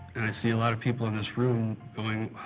see a lot of people in this room going,